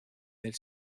del